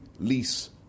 lease